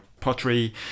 Pottery